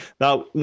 Now